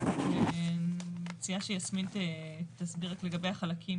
אני מציעה שיסמין תסביר לגבי החלקים,